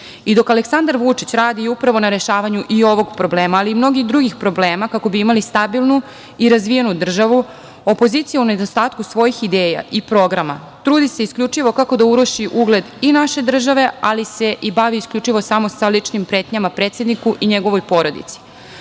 i dok Aleksandar Vučić radi upravo i na rešavanju i ovog problema, ali i mnogih drugih problema kako bi imali stabilnu i razvijenu državu opozicija u nedostatku svojih ideja i programa trudi se isključivo kako da uruši ugled i naše države, ali se i bavi isključivo samo sa ličnim pretnjama predsedniku i njegovoj porodici. Smatram